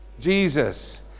Jesus